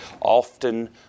often